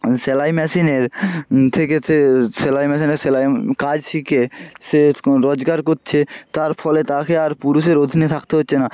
সেলাই মেশিনের থেকে সে সেলাই মেশিনের সেলাইয়ের কাজ শিখে সে রোজগার কচ্ছে তার ফলে তাকে আর পুরুষের অধীনে থাকতে হচ্ছে না